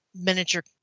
miniature